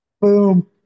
Boom